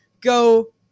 Go